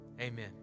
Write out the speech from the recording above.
amen